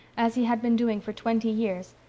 as he had been doing for twenty years,